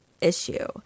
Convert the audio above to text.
issue